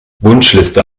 wunschliste